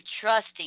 trusting